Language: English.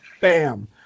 bam